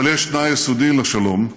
אבל יש תנאי יסודי לשלום,